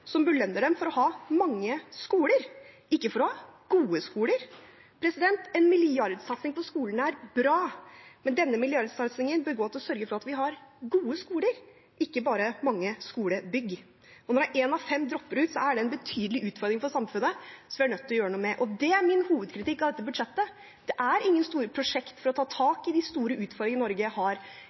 som belønner dem for å ha mange skoler, ikke for å ha gode skoler. En milliardsatsing på skolene er bra, men denne milliardsatsingen bør gå til å sørge for at vi har gode skoler, ikke bare mange skolebygg. Når en av fem dropper ut, er det en betydelig utfordring for samfunnet, som vi er nødt til å gjøre noe med. Det er min hovedkritikk av dette budsjettet – det er ingen store prosjekter for å ta tak i de store utfordringene Norge har.